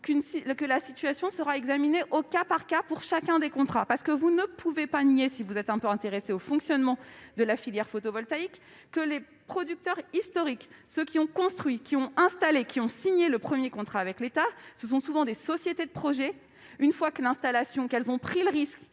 que la situation sera examinée au cas par cas, pour chacun des contrats. Vous ne pouvez pas nier, si vous vous intéressez au fonctionnement de la filière photovoltaïque, que les producteurs historiques, ceux qui ont construit, qui ont installé, qui ont signé le premier contrat avec l'État, sont souvent des sociétés de projet. Une fois que ces sociétés ont pris le risque